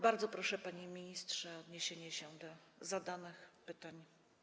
Bardzo proszę, panie ministrze, o odniesienie się do zadanych pytań.